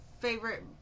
favorite